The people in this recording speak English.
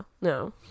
no